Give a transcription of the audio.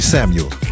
Samuel